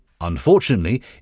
Unfortunately